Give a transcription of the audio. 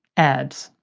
ads.